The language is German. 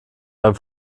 beim